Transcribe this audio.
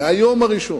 מהיום הראשון.